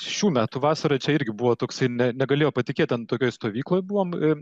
šių metų vasarą čia irgi buvo toksai ne negalėjo patikėt ten tokioj stovykloj buvom ir